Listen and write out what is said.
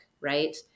right